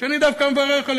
שאני דווקא מברך עליה,